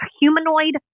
humanoid